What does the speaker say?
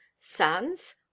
sands